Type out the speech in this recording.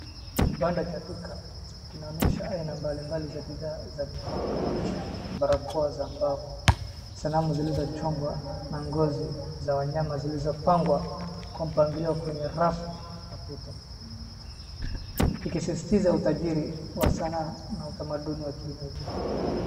Kibanda cha duka kinaonyesha aina mbalimbali za bidhaa za mikono kama vile barakoa za mbao, sanamu zilizochongwa na ngozi za wanyama zilizopangwa kwa mpangilio kwenye rafu kwa ukuta kikisitiza utajiri wa sanaa na utamanduni wa kienyeji.